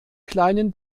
kleinen